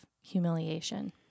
humiliation